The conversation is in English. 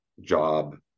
job